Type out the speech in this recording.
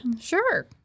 sure